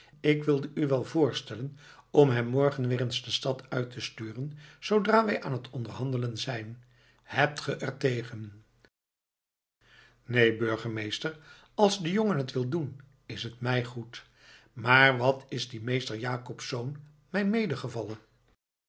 ik wilde u wel voorstellen om hem morgen weer eens de stad uit te sturen zoodra wij aan het onderhandelen zijn hebt ge er tegen neen burgemeester als de jongen het wil doen is het mij goed maar wat is die meester jacobsz mij mede